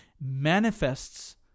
manifests